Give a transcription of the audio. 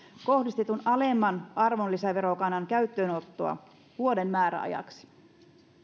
kohdistetun alemman arvonlisäverokannan käyttöönottoa vuoden määräajaksi